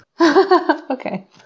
Okay